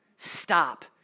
Stop